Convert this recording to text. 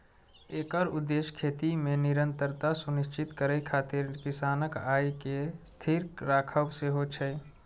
एकर उद्देश्य खेती मे निरंतरता सुनिश्चित करै खातिर किसानक आय कें स्थिर राखब सेहो छै